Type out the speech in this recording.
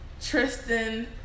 Tristan